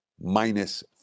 minus